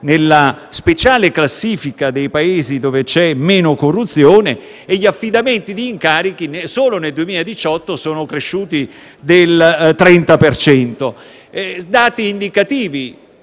nella speciale classifica dei Paesi dove c'è meno corruzione e gli affidamenti di incarichi solo nel 2018 sono cresciuti del 30 per cento.